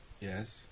Yes